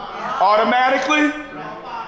Automatically